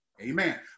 Amen